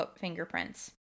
fingerprints